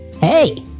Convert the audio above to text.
Hey